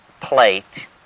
plate